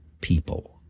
people